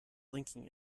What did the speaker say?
blinking